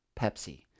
Pepsi